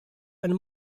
and